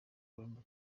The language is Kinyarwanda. colombe